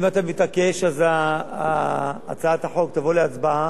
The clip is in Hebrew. אם אתה מתעקש, הצעת החוק תבוא להצבעה,